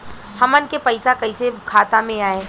हमन के पईसा कइसे खाता में आय?